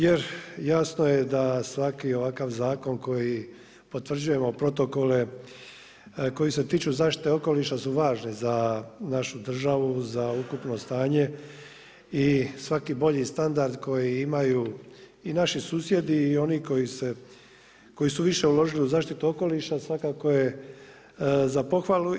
Jer jasno je da svaki ovakav zakon koji potvrđujemo protokole koji se tiču zaštite okoliša su važni za našu državu, za ukupno stanje i svaki bolji standard koji imaju i naši susjedi i oni koji su više uložili u zaštitu okoliša svakako je za pohvalu.